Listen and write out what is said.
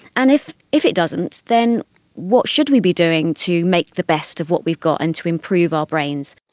and if if it doesn't, then what should we be doing to make the best of what we've got and to improve our brains?